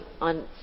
on